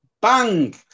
Bang